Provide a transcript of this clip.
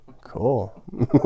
cool